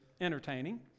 entertaining